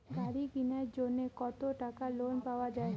গাড়ি কিনার জন্যে কতো টাকা লোন পাওয়া য়ায়?